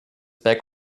back